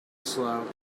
slow